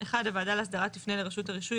1. הוועדה להסדרה תפנה לרשות הרישוי